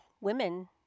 women